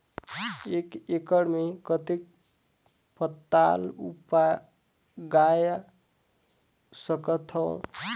एक एकड़ मे कतेक पताल उगाय सकथव?